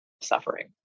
suffering